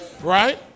Right